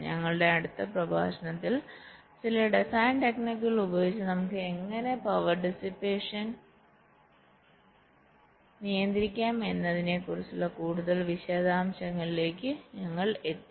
ഞങ്ങളുടെ അടുത്ത പ്രഭാഷണങ്ങളിൽ ചില ഡിസൈൻ ടെക്നിക്കുകൾ ഉപയോഗിച്ച് നമുക്ക് എങ്ങനെ പവർ ഡിസ്പേഷനെ നിയന്ത്രിക്കാം എന്നതിനെക്കുറിച്ചുള്ള കൂടുതൽ വിശദാംശങ്ങളിലേക്ക് ഞങ്ങൾ നീങ്ങും